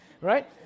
Right